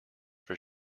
for